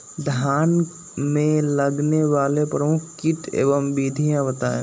धान में लगने वाले प्रमुख कीट एवं विधियां बताएं?